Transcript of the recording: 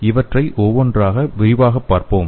இவற்றை ஒவ்வொன்றாக விரிவாகப் பார்ப்போம்